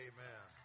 Amen